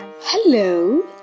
hello